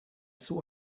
zur